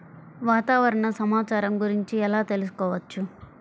వాతావరణ సమాచారం గురించి ఎలా తెలుసుకోవచ్చు?